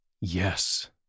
Yes